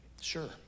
Sure